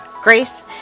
grace